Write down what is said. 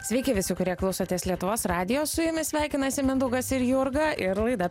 sveiki visų kurie klausotės lietuvos radijo su jumis sveikinasi mindaugas ir jurga ir laida